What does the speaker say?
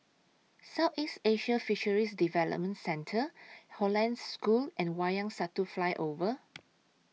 Southeast Asian Fisheries Development Centre Hollandse School and Wayang Satu Flyover